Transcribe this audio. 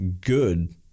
good